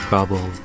Gobble